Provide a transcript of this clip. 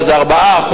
שזה 4%,